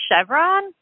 Chevron